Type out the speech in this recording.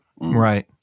Right